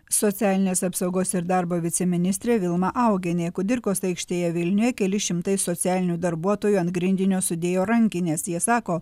socialinės apsaugos ir darbo viceministrė vilma augienė kudirkos aikštėje vilniuje keli šimtai socialinių darbuotojų ant grindinio sudėjo rankines jie sako